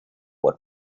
would